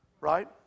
Right